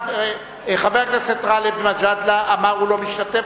חבר הכנסת גאלב מג'אדלה אמר שהוא לא משתתף,